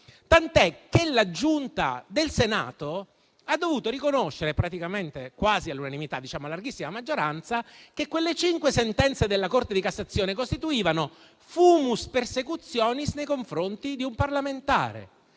parlamentari del Senato ha dovuto riconoscere, praticamente quasi all'unanimità (diciamo a larghissima maggioranza), che quelle cinque sentenze della Corte di cassazione costituivano *fumus persecutionis* nei confronti di un parlamentare.